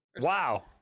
Wow